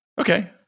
Okay